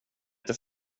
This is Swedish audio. inte